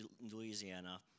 Louisiana